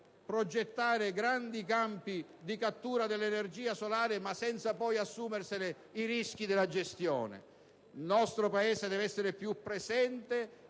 progettare grandi campi di cattura dell'energia solare, senza però poi assumersi i rischi della gestione? Il nostro Paese deve essere più presente